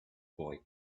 boy